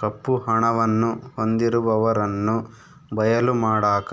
ಕಪ್ಪು ಹಣವನ್ನು ಹೊಂದಿರುವವರನ್ನು ಬಯಲು ಮಾಡಕ